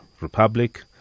Republic